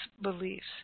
beliefs